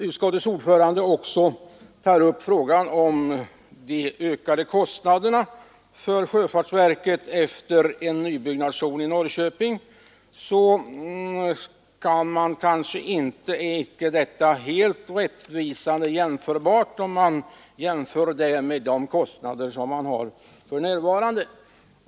Utskottets ordförande tog också upp frågan om de ökade kapitalkostnaderna för sjöfartsverket efter en nybyggnation i Norrköping, men jämförelsen med dagens kostnader är inte helt rättvisande.